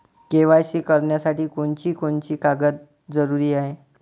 KYC करासाठी कोनची कोनची कागद जरुरी हाय?